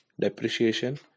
depreciation